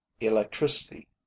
Electricity